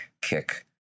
kick